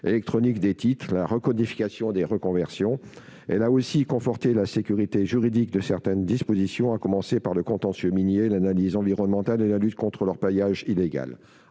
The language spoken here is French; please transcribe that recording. électronique des titres et la recodification des reconversions. Elle a aussi conforté la sécurité juridique de certaines dispositions, à commencer par le contentieux minier, l'analyse environnementale et la lutte contre l'orpaillage illégal.